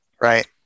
right